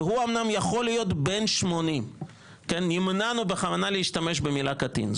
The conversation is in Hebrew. והוא אומנם יכול להיות בן 80". נמנענו בכוונה להשתמש במילה קטין.